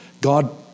God